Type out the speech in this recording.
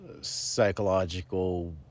psychological